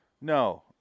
No